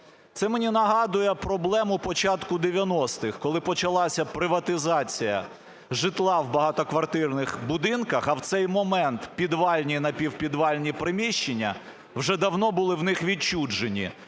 Це мені нагадує проблему початку 90-х, коли почалася приватизація житла в багатоквартирних будинках, а в цей момент підвальні і напівпідвальні приміщення вже давно були в них відчужені,